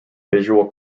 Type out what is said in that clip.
visual